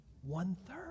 One-third